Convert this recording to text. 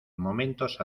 momentos